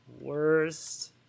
worst